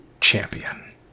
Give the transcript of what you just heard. champion